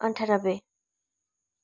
अन्ठानब्बे